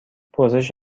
پرسش